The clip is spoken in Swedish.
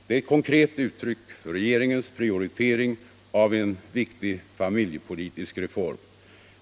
Det är ett konkret uttryck för regeringens prioritering av en viktig familjepolitisk reform.